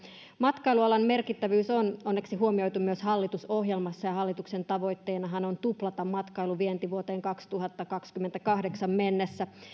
matkailualan merkittävyys on onneksi huomioitu myös hallitusohjelmassa ja hallituksen tavoitteenahan on tuplata matkailuvienti vuoteen kaksituhattakaksikymmentäkahdeksan mennessä